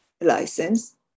license